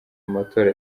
matora